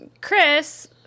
chris